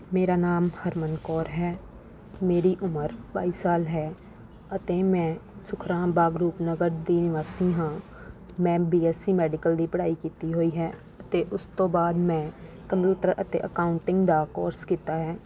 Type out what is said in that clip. ਮੇਰਾ ਨਾਮ ਹਰਮਨ ਕੌਰ ਹੈ ਮੇਰੀ ਉਮਰ ਬਾਈ ਸਾਲ ਹੈ ਅਤੇ ਮੈਂ ਸੁਖਰਾਮ ਬਾਗ ਰੂਪਨਗਰ ਦੀ ਨਿਵਾਸੀ ਹਾਂ ਮੈਂ ਬੀ ਐੱਸ ਸੀ ਮੈਡੀਕਲ ਦੀ ਪੜ੍ਹਾਈ ਕੀਤੀ ਹੋਈ ਹੈ ਅਤੇ ਉਸ ਤੋਂ ਬਾਅਦ ਮੈਂ ਕੰਪਿਊਟਰ ਅਤੇ ਐਕਾਂਊਟਿੰਗ ਦਾ ਕੋਰਸ ਕੀਤਾ ਹੈ